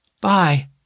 Bye